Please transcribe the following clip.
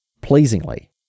pleasingly